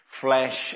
flesh